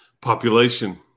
Population